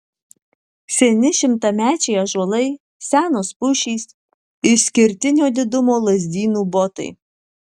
seni šimtamečiai ąžuolai senos pušys išskirtinio didumo lazdynų botai